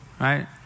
Right